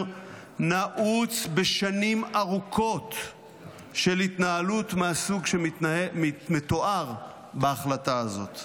נעוץ בשנים ארוכות של התנהלות מהסוג שמתואר בהחלטה הזאת,